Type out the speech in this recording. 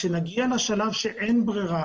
כשנגיע לשלב שאין ברירה